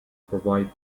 provide